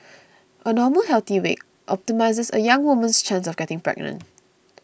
a normal healthy weight optimises a young woman's chance of getting pregnant